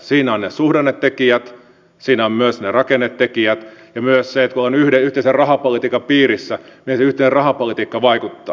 siinä ovat ne suhdannetekijät siinä ovat myös ne rakennetekijät ja myös se että kun ollaan yhteisen rahapolitiikan piirissä niin miten se yhteinen rahapolitiikka vaikuttaa